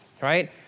right